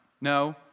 no